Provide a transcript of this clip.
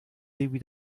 evit